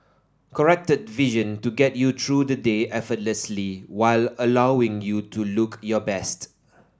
corrected vision to get you through the day effortlessly while allowing you to look your best